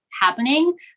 happening